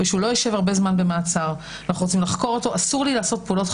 ושהוא לא יישב במעצר הרבה זמן.